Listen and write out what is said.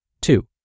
Two